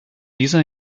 dieser